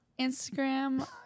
Instagram